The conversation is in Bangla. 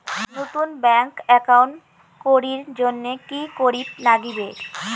নতুন ব্যাংক একাউন্ট করির জন্যে কি করিব নাগিবে?